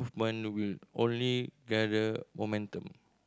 movement will only gather momentum